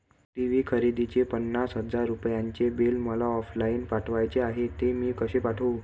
TV खरेदीचे पन्नास हजार रुपयांचे बिल मला ऑफलाईन पाठवायचे आहे, ते मी कसे पाठवू?